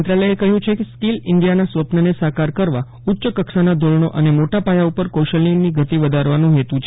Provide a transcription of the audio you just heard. મંત્રાલયે કહયું છે કે સ્કીલ ઇન્હિયાના સ્વપ્નને સાકાર કરવા ઉચ્ચકક્ષાના ધોરણો અને મોટાપાયા ઉપર કૌશલ્યની ગતિ વધારવાનો હેતુ છે